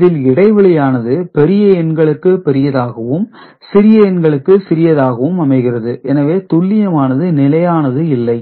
இதில் இடைவெளியானது பெரிய எண்களுக்கு பெரியதாகவும் சிறிய எண்களுக்கு சிறியதாகவும் அமைகிறது எனவே துல்லியமானது நிலையானது இல்லை